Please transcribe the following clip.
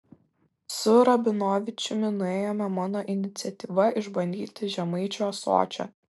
su rabinovičiumi nuėjome mano iniciatyva išbandyti žemaičių ąsočio